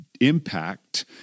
impact